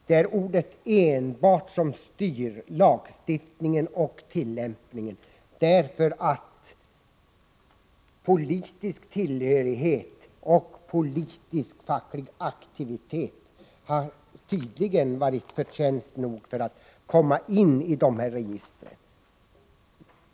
Det är ordet enbart som styr lagstiftningen och tillämpningen. Politisk tillhörighet och politisk-facklig aktivitet har tydligen utgjort förtjänst nog för att komma in i de här registren.